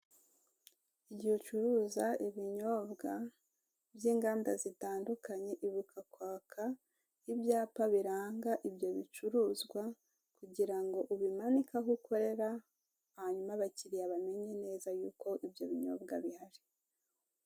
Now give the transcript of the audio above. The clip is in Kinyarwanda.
Igihe ucuruza ibinyobwa, by'inganda zitandukanye ibuka kwaka ibyapa biranga ibyo bicuruzwa, kugirango ubimanike aho ukorera, hanyuma abakiriya bamenye neza y'uko ibyo binyobwa bihari